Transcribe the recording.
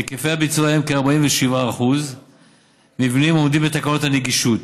היקפי הביצוע הם כ-47% מבנים העומדים בתקנות הנגישות,